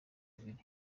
bibiri